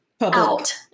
out